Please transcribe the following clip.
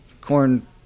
corn